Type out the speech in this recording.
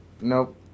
Nope